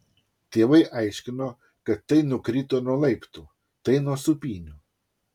tėvai aiškino kad tai nukrito nuo laiptų tai nuo sūpynių